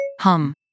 Hum